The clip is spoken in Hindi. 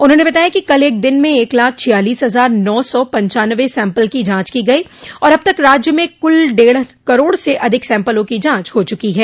उन्होंने बताया कि कल एक दिन में एक लाख छियालीस हजार नौ सौ पनचानवें सैम्पल की जांच की गई और अब तक राज्य में कुल डेढ़ करोड़ से अधिक सैम्पलों की जांच हो चुकी है